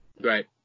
Right